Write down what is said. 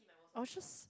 I was just